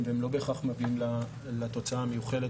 והם לא בהכרח מביאים לתוצאה המיוחלת.